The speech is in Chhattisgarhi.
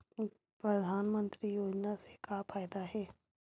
परधानमंतरी योजना से का फ़ायदा हे?